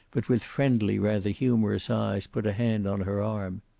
but with friendly, rather humorous eyes, put a hand on her arm.